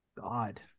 God